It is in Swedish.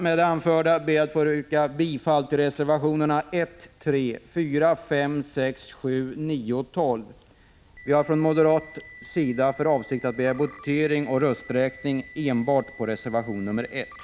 Med det anförda ber jag att få yrka bifall till reservationerna 1, 3,4,5,6, 7, 9 och 12. Från moderat sida har vi för avsikt att begära votering och rösträkning enbart beträffande reservation 1.